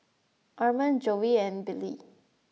Arman Joey and Billye